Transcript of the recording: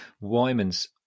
Wyman's